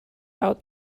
out